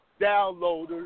downloaders